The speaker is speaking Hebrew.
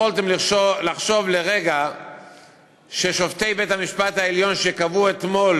יכולתם לחשוב לרגע ששופטי בית-המשפט העליון שקבעו אתמול